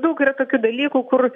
daug yra tokių dalykų kur